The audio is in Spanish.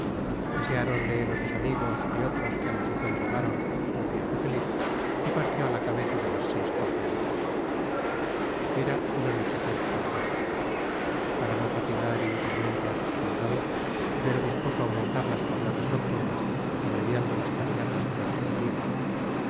deseáronle los dos amigos y otros que a la sazón llegaron un viaje feliz y partió a la cabeza de las seis compañías era un anochecer caluroso para no fatigar inútilmente a sus soldados ibero dispuso aumentar las jornadas nocturnas abreviando las caminatas durante el día